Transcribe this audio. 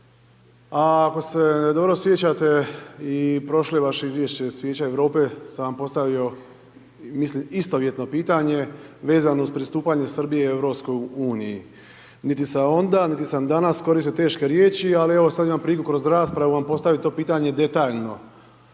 ako se dobro sjećate i prošlo vaše izvješće s Vijeća Europe sam vam postavio mislim istovjetno pitanje vezano uz pristupanje Srbije EU. Niti sam onda, niti sam danas koristio teške riječi, ali evo sad imam priliku kroz raspravu postavit vam to pitanje detaljno.